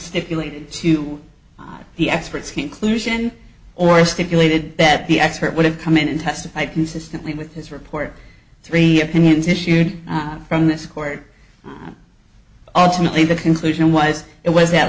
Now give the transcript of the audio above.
stipulated to the experts he inclusion or stipulated that the expert would have come in and testify consistently with his report three opinions issued from this court ultimately the conclusion was it was at